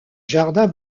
jardin